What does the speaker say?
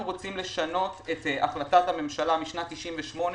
אנחנו רוצים לשנות את החלטת הממשלה משנת 98',